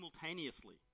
simultaneously